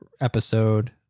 episode